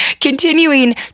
continuing